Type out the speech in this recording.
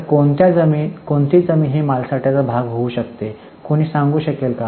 तर कोणत्या जमीन ही मालसाठ्याचा भाग होऊ शकते कोणी सांगू शकेल